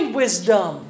wisdom